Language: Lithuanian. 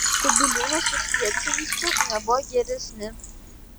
kubiliūnas su kviecinsku nebuvo geresni